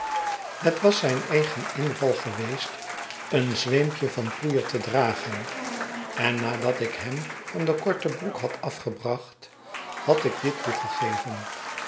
eet was zijn eigen inval geweest een zweempje van poeier te dragen en nadat ik hem van de korte broek had afgebracht had ik dit toegegeven